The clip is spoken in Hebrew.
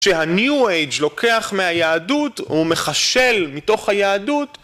שהnew age לוקח מהיהדות ומחשל מתוך היהדות